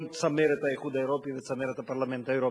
צמרת האיחוד האירופי וצמרת הפרלמנט האירופי.